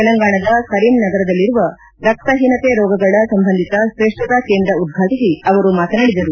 ತೆಲಂಗಾಣದ ಕರೀಂ ನಗರದಲ್ಲಿರುವ ರಕ್ತಹೀನತೆ ರೋಗಗಳ ಸಂಬಂಧಿತ ತ್ರೇಷ್ಠತಾ ಕೇಂದ್ರ ಉದ್ಘಾಟಿಸಿ ಅವರು ಮಾತನಾಡಿದರು